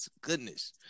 goodness